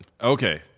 Okay